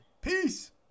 Peace